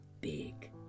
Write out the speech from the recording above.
big